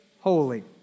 holy